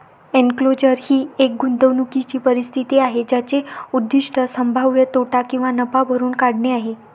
enclosure ही एक गुंतवणूकीची परिस्थिती आहे ज्याचे उद्दीष्ट संभाव्य तोटा किंवा नफा भरून काढणे आहे